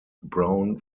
brown